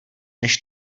než